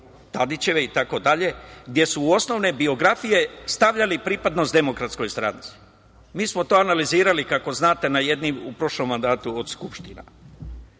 Tadićeve itd, gde su u osnovne biografije stavljali pripadnost Demokratskoj stranci. Mi smo to analizirali, kako znate, u jednom od prošlih mandata Skupština. Baš